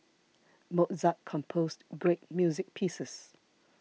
Mozart composed great music pieces